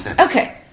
Okay